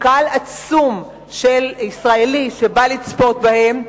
שקהל ישראלי עצום בא לצפות בהם,